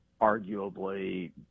arguably